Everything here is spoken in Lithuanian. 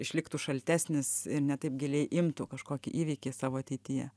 išliktų šaltesnis ir ne taip giliai imtų kažkokį įvykį savo ateityje